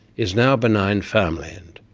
is now benign farm land.